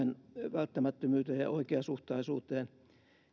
välttämättömyyteen ja oikeasuhtaisuuteen